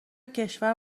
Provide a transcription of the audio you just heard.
کشور